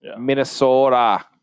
Minnesota